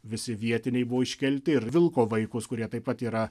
visi vietiniai buvo iškelti ir vilko vaikus kurie taip pat yra